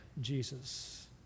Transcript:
Jesus